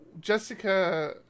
Jessica